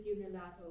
unilateral